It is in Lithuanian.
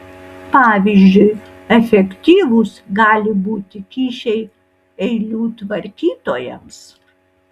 pavyzdžiui efektyvūs gali būti kyšiai eilių tvarkytojams